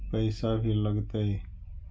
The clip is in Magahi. पैसा भी लगतय?